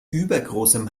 übergroßem